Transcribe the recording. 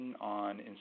on